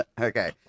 okay